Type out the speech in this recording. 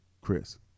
Chris